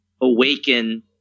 awaken